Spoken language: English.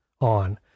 on